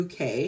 UK